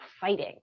fighting